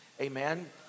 amen